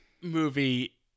movie